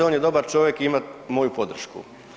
On je dobar čovjek i ima moju podršku.